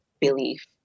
belief